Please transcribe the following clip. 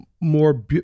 more